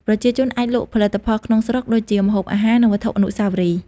ប្រជាជនអាចលក់ផលិតផលក្នុងស្រុក ដូចជាម្ហូបអាហារ និងវត្ថុអនុស្សាវរីយ៍។